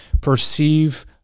perceive